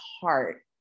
heart